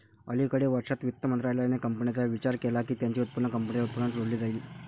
अलिकडे वर्षांत, वित्त मंत्रालयाने कंपन्यांचा विचार केला की त्यांचे उत्पन्न कंपनीच्या उत्पन्नात जोडले जाईल